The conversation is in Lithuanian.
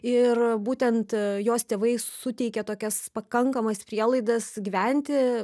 ir būtent jos tėvai suteikė tokias pakankamas prielaidas gyventi